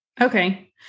Okay